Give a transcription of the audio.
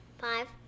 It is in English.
Five